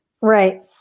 Right